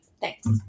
Thanks